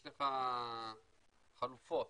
יש חלופות.